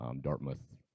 Dartmouth